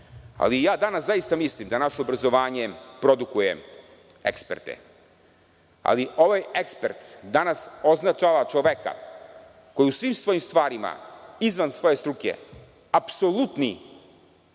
Ali, ja danas zaista mislim da naše obrazovanje produkuje eksperte, ali ovaj ekspert, danas označava čoveka koji u svim svojim stvarima izvan svoje struke, apsolutni,